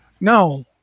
No